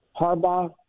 Harbaugh